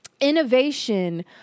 innovation